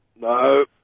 No